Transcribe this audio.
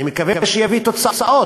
אני מקווה שהוא יביא תוצאות.